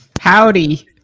Howdy